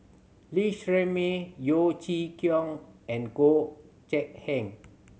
Lee Shermay Yeo Chee Kiong and Goh Gek Heng